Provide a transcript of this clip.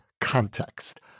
context